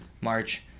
March